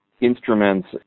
instruments